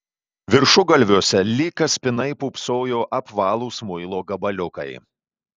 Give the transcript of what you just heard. viršugalviuose lyg kaspinai pūpsojo apvalūs muilo gabaliukai